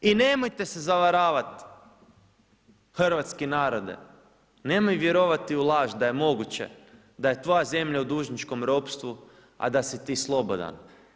I nemojte se zavaravati hrvatski narode, nemoj vjerovati u laž da je moguće da je tvoja zemlja u dužničkom ropstvu a da si ti slobodan.